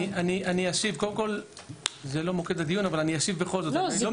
זה לא מוקד הדיון אבל אני בכל זאת אשיב.